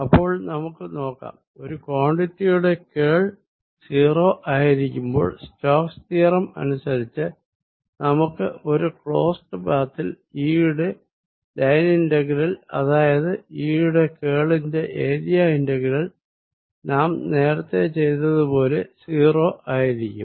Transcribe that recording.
അപ്പോൾ നമുക്ക് നോക്കാം ഒരു ക്വാണ്ടിറ്റിയുടെ കേൾ 0 ആയിരിക്കുമ്പോൾ സ്റ്റോക്സ് തിയറം അനുസരിച്ച് നമുക്ക് ഒരു ക്ലോസ്ഡ് പാത്തിൽ E യുടെ ലൈൻ ഇന്റഗ്രൽഅതായത് E യുടെ കേൾ ന്റെ ഏരിയ ഇന്റഗ്രൽ നാം നേരത്തെ ചെയ്തത് പോലെ 0 ആയിരിക്കും